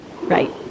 Right